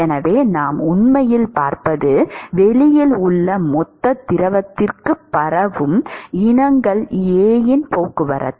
எனவே நாம் உண்மையில் பார்ப்பது வெளியில் உள்ள மொத்த திரவத்திற்கு பரவும் இனங்கள் A இன் போக்குவரத்து